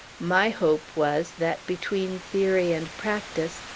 my hope was, that, between theory and practice,